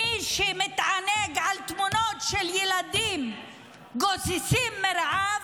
מי שמתענג על תמונות של ילדים גוססים מרעב,